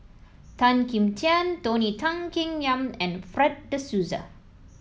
Tan Kim Tian Tony Tan Keng Yam and Fred De Souza